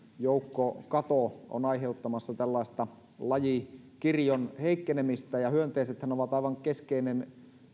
joukkokato on aiheuttamassa tällaista lajikirjon heikkenemistä hyönteisethän ovat aivan keskeinen